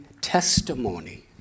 testimony